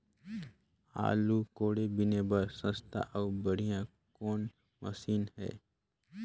आलू कोड़े बीने बर सस्ता अउ बढ़िया कौन मशीन हे?